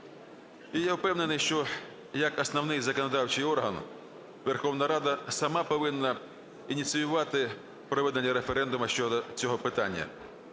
я впевнений, що як основний законодавчий орган Верховна Рада сама повинна ініціювати проведення референдуму щодо цього питання.